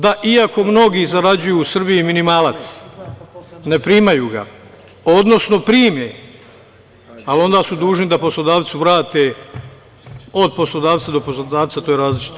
Da iako mnogi zarađuju u Srbiji minimalac, ne primaju ga, odnosno prime, ali onda su dužni da poslodavcu vrate od poslodavca do poslodavca, to je različito.